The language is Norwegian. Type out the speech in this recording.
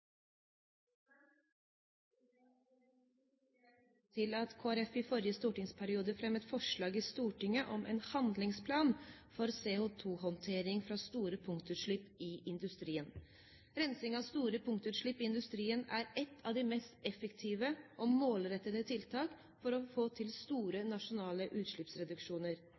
til at Kristelig Folkeparti i forrige stortingsperiode fremmet forslag i Stortinget om en handlingsplan for CO2-håndtering fra store punktutslipp i industrien. Rensing av store punktutslipp i industrien er et av de mest effektive og målrettede tiltak for å få til store nasjonale